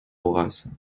horace